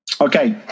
Okay